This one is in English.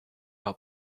how